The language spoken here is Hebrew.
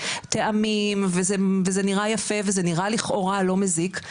טעמים וזה נראה יפה וזה נראה לכאורה לא מזיק,